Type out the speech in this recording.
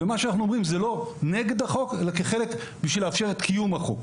מה שאנחנו אומרים זה לא נגד החוק אלא כחלק כדי לאפשר את קיום החוק.